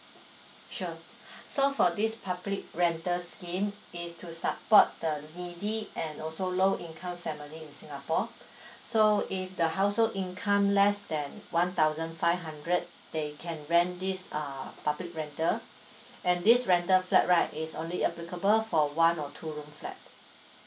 sure so for this public renter scheme it's to support the needy and also low income family in singapore so if the household income less than one thousand five hundred they can rent this uh public rental and this rental flat right it's only applicable for one or two room flat